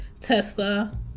Tesla